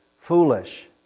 foolish